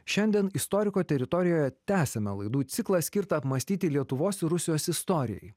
šiandien istoriko teritorijoje tęsiame laidų ciklą skirtą apmąstyti lietuvos ir rusijos istoriją